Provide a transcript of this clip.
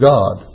God